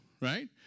right